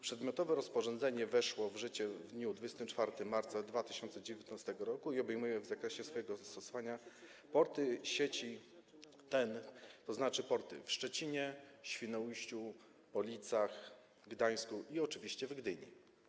Przedmiotowe rozporządzenie weszło w życie w dniu 24 marca 2019 r. i obejmuje zakresem swojego zastosowania porty sieci TEN-T, tzn. porty w Szczecinie, Świnoujściu, Policach, Gdańsku i oczywiście Gdyni.